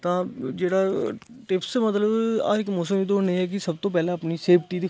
तां जेह्ड़ा टिप्स मतलब हर इक मौसम च दौड़ने गी एह् ऐ कि सब तों पैह्लें अपनी सेफ्टी दिक्खो